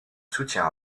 soutien